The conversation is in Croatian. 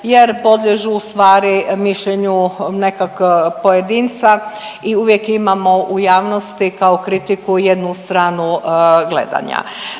jer podliježu stvari mišljenju nekog pojedinca i uvijek imamo u javnosti kao kritiku jednu stranu gledanja.